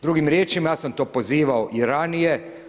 Drugim riječima, ja sam to pozivao i ranije.